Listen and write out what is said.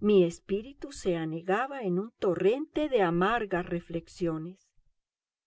mi espíritu se anegaba en un torrente de amargas reflexiones